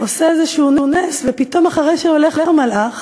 עושה איזשהו נס, ופתאום אחרי שהולך המלאך